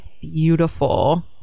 beautiful